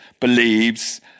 believes